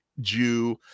Jew